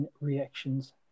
reactions